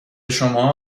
شماها